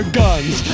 guns